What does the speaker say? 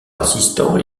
assistant